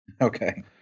Okay